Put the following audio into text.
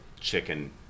chicken